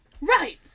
Right